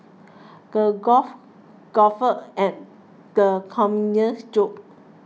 the golf guffawed at the comedian's jokes